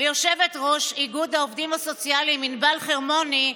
ליושבת-ראש איגוד העובדים הסוציאליים ענבל חרמוני,